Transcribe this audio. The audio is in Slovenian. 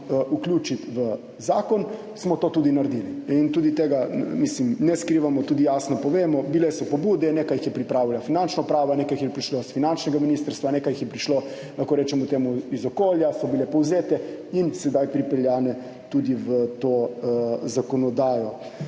vključiti v zakon, smo to tudi naredili in tega ne skrivamo, tudi jasno povemo. Bile so pobude, nekaj jih je pripravila Finančna uprava, nekaj jih je prišlo s finančnega ministrstva, nekaj jih je prišlo, lahko rečemo temu, iz okolja, so bile povzete in sedaj pripeljane tudi v to zakonodajo.